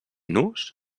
nus